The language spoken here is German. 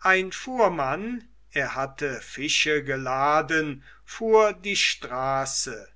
ein fuhrmann er hatte fische geladen fuhr die straße